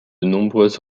nombreuses